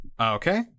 Okay